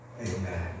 Amen